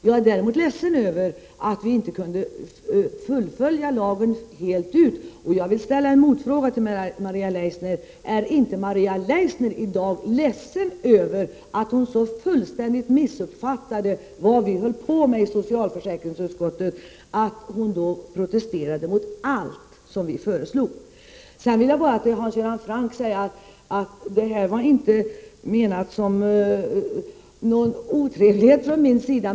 Jag är däremot ledsen över att vi inte kunde fullfölja lagen helt ut. Jag vill ställa en motfråga till Maria Leissner. Är inte Maria Leissner i dag ledsen över att hon så fullständigt missuppfattade vad vi höll på med i socialförsäkringsutskottet och att hon då protesterade mot allt som föreslogs? Det jag sade, Hans Göran Franck, var inte menat som någon otrevlighet från min sida.